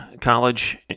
College